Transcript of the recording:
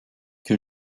que